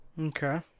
Okay